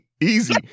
Easy